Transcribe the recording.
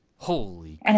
Holy